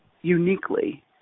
uniquely